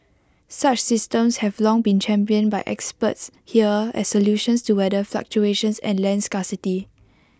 such systems have long been championed by experts here as solutions to weather fluctuations and land scarcity